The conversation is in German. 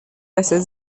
besser